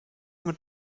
mit